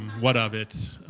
what of it?